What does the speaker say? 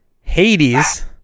Hades